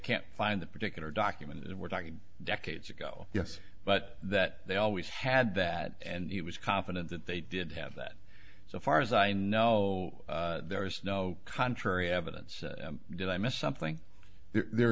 can't find that particular document and we're talking decades ago yes but that they always had that and he was confident that they did have that so far as i know there is no contrary evidence did i miss something there